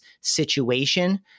situation